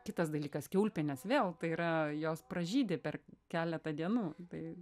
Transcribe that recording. kitas dalykas kiaulpienės vėl tai yra jos pražydi per keletą dienų tai